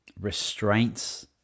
restraints